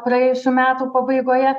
praėjusių metų pabaigoje